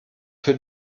für